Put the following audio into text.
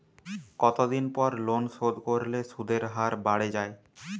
কতদিন পর লোন শোধ করলে সুদের হার বাড়ে য়ায়?